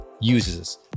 uses